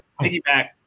piggyback